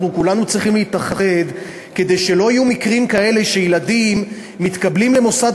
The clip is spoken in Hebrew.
כולנו צריכים להתאחד כדי שלא יהיו מקרים כאלה שילדים מתקבלים למוסד